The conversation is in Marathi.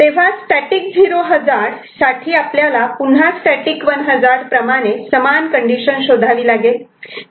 तेव्हा स्टॅटिक 0 हजार्ड साठी आपल्याला पुन्हा स्टॅटिक 1 हजार्ड प्रमाणे समान कंडिशन शोधावी लागेल